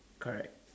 correct